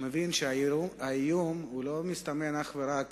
מבינים שהאיום לא מסתכם אך ורק